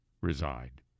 reside